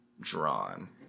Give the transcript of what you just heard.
Drawn